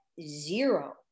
zero